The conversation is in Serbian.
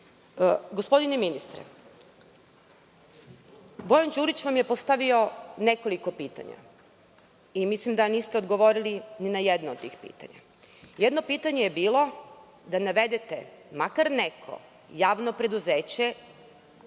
ministre, Bojan Đurić vam je postavio nekoliko pitanja i mislim da niste odgovorili ni na jedno pitanje. Jedno pitanje je bilo da navedete makar neko javno preduzeće